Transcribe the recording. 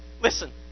listen